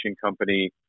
company